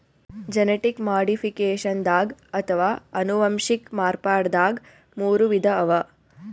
genetic ಮಾಡಿಫಿಕೇಷನ್ದಾಗ್ ಅಥವಾ ಅನುವಂಶಿಕ್ ಮಾರ್ಪಡ್ದಾಗ್ ಮೂರ್ ವಿಧ ಅವಾ